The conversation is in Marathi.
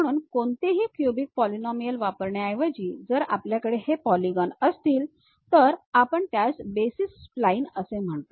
म्हणून कोणतेही क्युबिक पॉलीनॉमीअल वापरण्याऐवजी जर आपल्याकडे हे पॉलीगॉन असतील तर आपण त्यास बेसिस स्प्लाइन म्हणतो